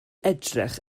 edrych